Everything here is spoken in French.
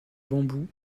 bambous